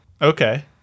Okay